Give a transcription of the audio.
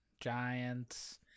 Giants